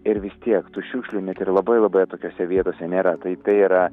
ir vis tiek tų šiukšlių net ir labai labai atokiose vietose nėra tai tai yra